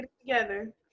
together